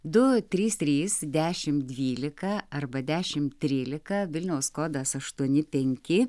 du trys trys dešim dvylika arba dešim trylika vilniaus kodas aštuoni penki